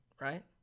right